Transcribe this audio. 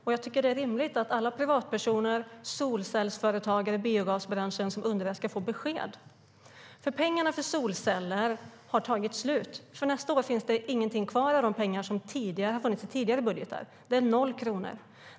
Jag tycker att det är rimligt att alla privatpersoner, alla solcellsföretagare och alla i biogasbranschen som undrar får besked. Pengarna för solceller har nämligen tagit slut. Nästa år finns det ingenting kvar av de pengar som har funnits i tidigare budgetar. Det är 0 kronor kvar.